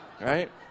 right